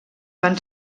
van